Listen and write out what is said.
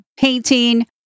painting